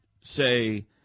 say